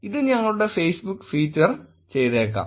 ഇത് ഞങ്ങളുടെ ഫേസ്ബുക്ക് പേജിൽ ഫീച്ചർ ചെയ്തേക്കാം